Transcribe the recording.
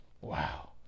Wow